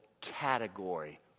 category